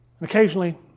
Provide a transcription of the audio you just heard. occasionally